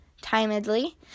timidly